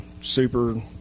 super